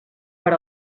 per